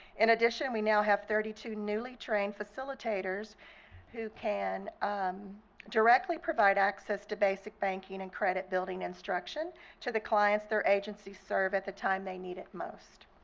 in addition, we now have thirty two newly trained facilitators who can um directly provide access to basic banking and credit building instruction to the clients their agencies serve at the time they need it most.